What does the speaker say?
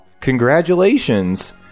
congratulations